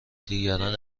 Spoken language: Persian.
دیگران